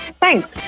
Thanks